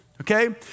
okay